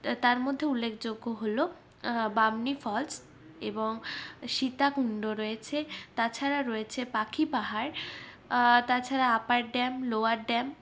তার মধ্যে উল্লেখযোগ্য হল বামনী ফলস এবং সীতাকুণ্ড রয়েছে তাছাড়া রয়েছে পাখি পাহাড় তাছাড়া আপার ড্যাম লোয়ার ড্যাম